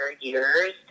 years